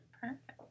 Perfect